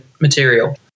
material